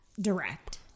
direct